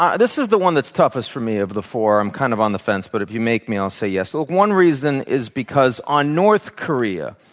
um this is the one that's toughest for me of the four. i'm kind of on the fence, but if you make me i'll say yes. like one reason is because on north korea,